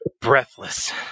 breathless